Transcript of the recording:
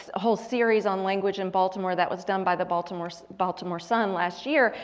ah whole series on language in baltimore that was done by the baltimore so baltimore sun last year.